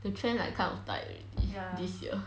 the trend like kind of died this year